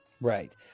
Right